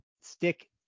stick